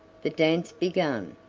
the dance began,